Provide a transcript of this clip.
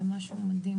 זה משהו מדהים,